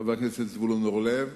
חבר הכנסת זבולון אורלב,